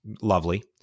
Lovely